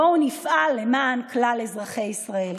בואו נפעל למען כלל אזרחי ישראל.